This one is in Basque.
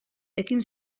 ekin